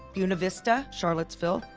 buena vista, charlottesville,